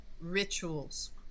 rituals